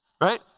Right